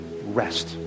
rest